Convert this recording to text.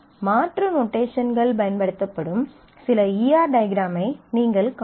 மாற்று நொட்டேஷன்கள் பயன்படுத்தப்படும் சில ஈ ஆர் டயக்ராமை நீங்கள் காணலாம்